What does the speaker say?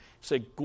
Say